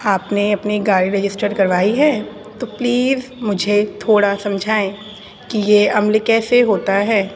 آپ نے اپنی گاڑی رجسٹر کروائی ہے تو پلیز مجھے تھوڑا سمجھائیں کہ یہ عمل کیسے ہوتا ہے